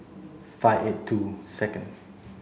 five eight two second